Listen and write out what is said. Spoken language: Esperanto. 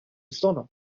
usono